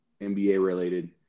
NBA-related